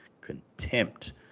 contempt